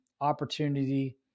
opportunity